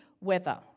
weather